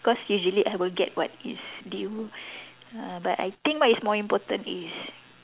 because usually I will get what is due ah but I think what is more important is